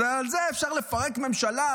על זה אפשר לפרק ממשלה,